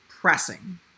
pressing